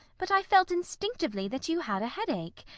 but i felt instinctively that you had a headache.